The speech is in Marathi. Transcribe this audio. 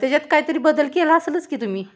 त्याच्यात काहीतरी बदल केला असेलच की तुम्ही